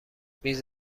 میز